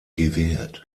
gewählt